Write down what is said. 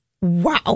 wow